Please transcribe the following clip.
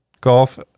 golf